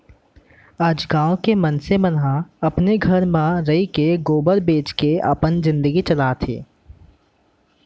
आज गॉँव के मनसे मन ह अपने गॉव घर म रइके गोबर बेंच के अपन जिनगी चलात हें